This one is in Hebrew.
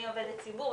אני עובדת ציבור,